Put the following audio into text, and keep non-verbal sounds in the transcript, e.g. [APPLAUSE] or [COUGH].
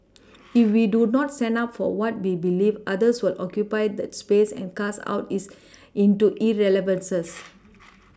[NOISE] [NOISE] if we do not stand up for what we believe others will occupy that space and cast out is into irrelevances [NOISE]